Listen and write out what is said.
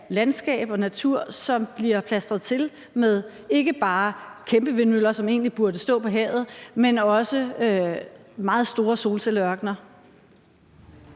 landskabet og naturen, som bliver plastret til med ikke bare kæmpevindmøller, som egentlig burde stå på havet, men også meget store solcelleørkener?